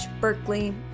Berkeley